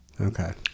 okay